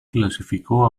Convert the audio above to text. clasificó